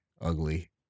ugly